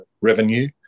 revenue